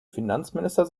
finanzminister